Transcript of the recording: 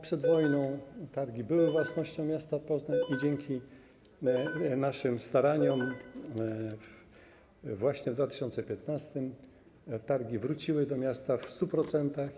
Przed wojną targi były własnością miasta Poznań i dzięki naszym staraniom właśnie w 2015 r. targi wróciły do miasta w 100%.